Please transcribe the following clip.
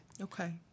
Okay